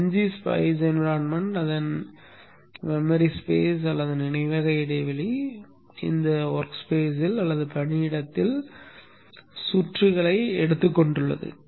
எனவே n g spice சூழல் அதன் நினைவக இடைவெளி பணியிடத்தில் சுற்றுகளை எடுத்துக் கொண்டுள்ளது